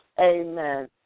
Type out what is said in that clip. Amen